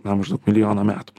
na maždaug milijoną metų